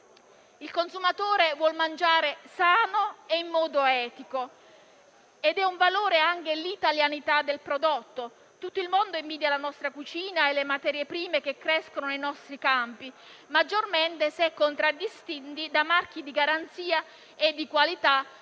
Il consumatore vuole mangiare sano e in modo etico ed è un valore anche l'italianità del prodotto. Tutto il mondo invidia la nostra cucina e le materie prime che crescono nei nostri campi, maggiormente se contraddistinte da marchi di garanzia e di qualità a tutela